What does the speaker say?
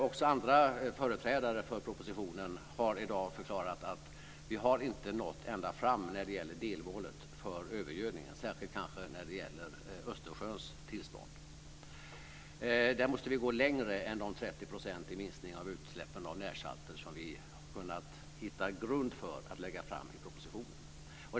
Också andra företrädare för propositionen har i dag förklarat att vi inte har nått ända fram när det gäller delmålet för övergödningen, särskilt kanske när det gäller Östersjöns tillstånd. Där måste vi gå längre än de 30 % i minskning av utsläppen av närsalter som vi har kunnat hitta grund för att lägga fram i propositionen.